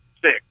six